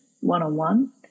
one-on-one